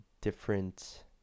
different